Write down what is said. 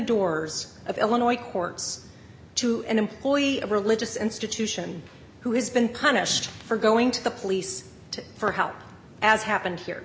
doors of illinois courts to an employee a religious institution who has been punished for going to the police to for help as happened here